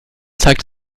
zeigt